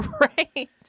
Right